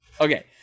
Okay